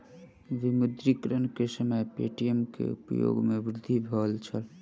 विमुद्रीकरण के समय पे.टी.एम के उपयोग में वृद्धि भेल छल